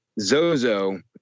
Zozo